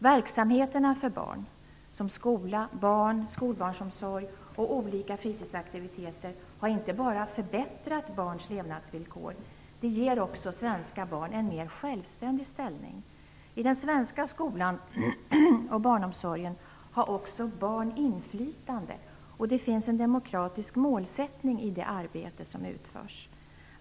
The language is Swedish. Verksamheterna för barn, som skola, barn och skolbarnsomsorg och olika fritidsaktiviteter, har inte bara förbättrat barns levnadsvillkor. De ger också svenska barn en mer självständig ställning. I den svenska skolan och barnomsorgen har också barn inflytande. Det finns en demokratisk målsättning i det arbete som utförs.